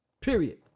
Period